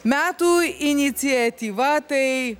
metų iniciatyva tai